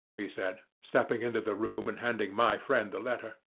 he said, stepping into the room and handing my friend the letter.